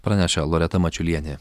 praneša loreta mačiulienė